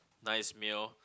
nice meal